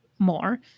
more